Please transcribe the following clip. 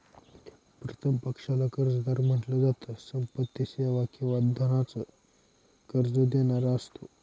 प्रथम पक्षाला कर्जदार म्हंटल जात, संपत्ती, सेवा किंवा धनाच कर्ज देणारा असतो